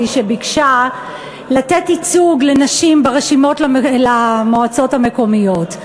שביקשה לתת ייצוג לנשים ברשימות למועצות המקומיות.